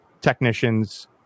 technicians